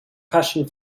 passion